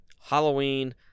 Halloween